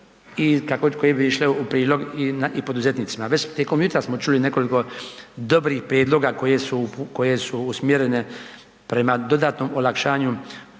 koje bi išle u prilog i poduzetnicima. Već tijekom jutra smo čuli nekoliko dobrih prijedloga koje su usmjerene prema dodatnom olakšanju